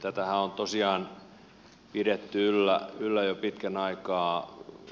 tätähän on tosiaan pidetty yllä jo pitkän